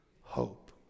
hope